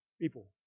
people